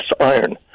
iron